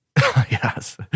Yes